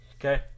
Okay